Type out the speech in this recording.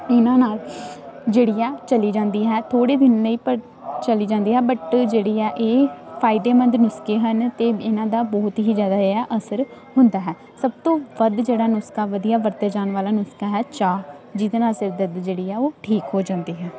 ਇਹਨਾਂ ਨਾਲ ਜਿਹੜੀ ਆ ਚਲੀ ਜਾਂਦੀ ਹੈ ਥੋੜ੍ਹੇ ਦਿਨ ਲਈ ਪਰ ਚਲੀ ਜਾਂਦੀ ਹੈ ਬਟ ਜਿਹੜੀ ਆ ਇਹ ਫਾਇਦੇਮੰਦ ਨੁਸਖੇ ਹਨ ਅਤੇ ਇਹਨਾਂ ਦਾ ਬਹੁਤ ਹੀ ਜ਼ਿਆਦਾ ਆ ਅਸਰ ਹੁੰਦਾ ਹੈ ਸਭ ਤੋਂ ਵੱਧ ਜਿਹੜਾ ਨੁਸਖਾ ਵਧੀਆ ਵਰਤਿਆ ਜਾਣ ਵਾਲਾ ਨੁਸਖਾ ਹੈ ਚਾਹ ਜਿਹਦੇ ਨਾਲ ਸਿਰ ਦਰਦ ਜਿਹੜੀ ਆ ਉਹ ਠੀਕ ਹੋ ਜਾਂਦੀ ਹੈ